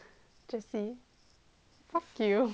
fuck you